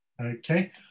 Okay